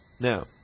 now